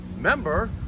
member